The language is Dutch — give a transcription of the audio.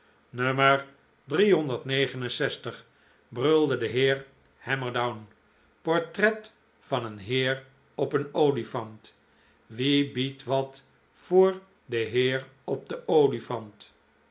brulde de heer hammerdown portret van een heer op een olifant wie biedt wat voor den heer op den olifant